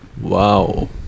Wow